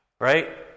right